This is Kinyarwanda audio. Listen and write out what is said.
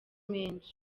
menshi